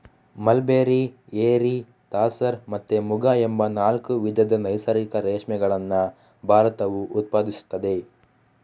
mulberry, eri, tasar ಮತ್ತೆ ಮುಗ ಎಂಬ ನಾಲ್ಕು ವಿಧದ ನೈಸರ್ಗಿಕ ರೇಷ್ಮೆಗಳನ್ನ ಭಾರತವು ಉತ್ಪಾದಿಸ್ತದೆ